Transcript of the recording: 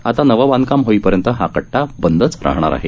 आता नवं बाधकाम होईपर्यंत हा कट्टा बंदच राहणार आहे